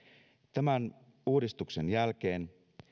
tämän uudistuksen jälkeen